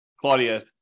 Claudia